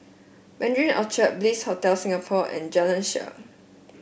Mandarin Orchard Bliss Hotel Singapore and Jalan Shaer